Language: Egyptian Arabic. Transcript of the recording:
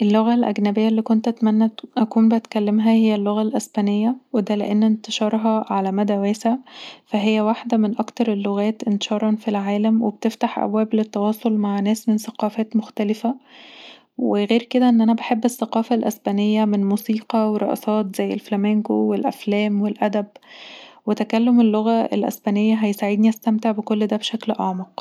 اللغة الأجنبية اللي أتمنى أكون بتكلمها هي اللغة الإسبانية ودا لأن انتشارها علي مدي واسع فهي واحدة من أكثر اللغات انتشارًا في العالم، وبتفتح أبواب للتواصل مع ناس من ثقافات مختلفة، وغير كدا ان انا بحب الثقافة الإسبانية، من موسيقى ورقصات زي الفلامنكو، للأفلام والأدب. وتكلم اللغة الأسبانيه هيساعدني أستمتع بكل ده بشكل أعمق.